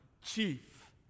chief